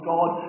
God